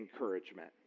encouragement